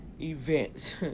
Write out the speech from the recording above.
events